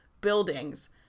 buildings